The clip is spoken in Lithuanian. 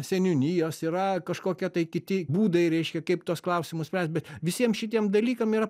seniūnijos yra kažkokia tai kiti būdai reiškia kaip tuos klausimus spręst bet visiem šitiem dalykam yra